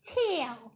tail